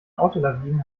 autolawinen